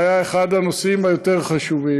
זה היה אחד הנושאים היותר-חשובים,